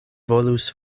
volus